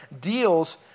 deals